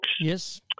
Yes